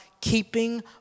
keeping